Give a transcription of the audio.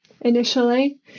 initially